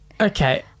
Okay